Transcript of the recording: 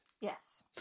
Yes